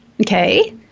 Okay